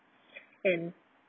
and